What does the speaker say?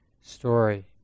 story